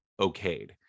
okayed